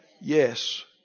Yes